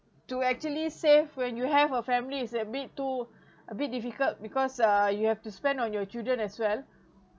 to actually save when you have a family is a bit too a bit difficult because uh you have to spend on your children as well